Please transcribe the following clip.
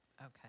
Okay